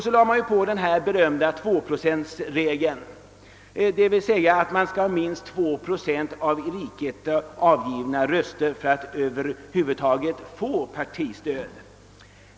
Sedan tillkom den berömda 2-procentsregeln, enligt vilken ett parti skall ha minst 2 procent av i riket avgivna röster för att över huvud taget få partistöd.